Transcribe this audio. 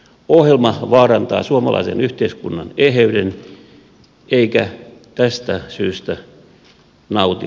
ohjelma vaarantaa suomalaisen yhteiskunnan eheyden